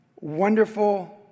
Wonderful